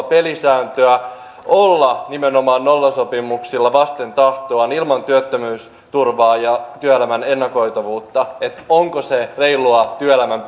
pelisääntöä olla nimenomaan nollasopimuksilla vasten tahtoaan ilman työttömyysturvaa ja työelämän ennakoitavuutta onko se reilua työelämän